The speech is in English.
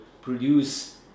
produce